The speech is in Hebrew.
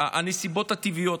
הנסיבות הטבעיות,